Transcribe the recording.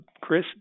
Chris